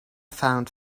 found